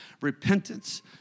repentance